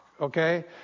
okay